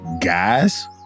guys